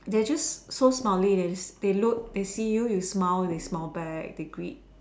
they're just so smiley they they look they see you you smile they smile back they greet